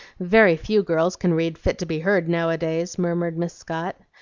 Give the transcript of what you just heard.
very few girls can read fit to be heard now-a-days, murmured miss scott.